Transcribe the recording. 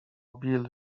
bill